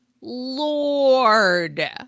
lord